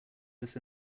this